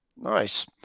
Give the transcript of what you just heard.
Nice